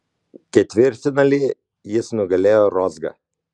ketvirtfinalyje jis nugalėjo rozgą